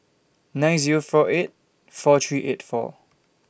nine Zero four eight four three eight four